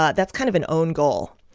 ah that's kind of an own goal.